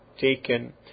taken